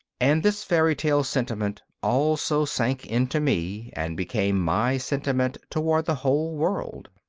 and this fairy-tale sentiment also sank into me and became my sentiment towards the whole world.